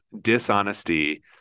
dishonesty